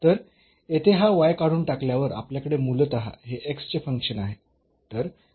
तर येथे हा y काढून टाकल्यावर आपल्याकडे मूलतः हे चे फंक्शन आहे